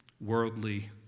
worldly